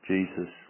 Jesus